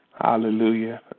Hallelujah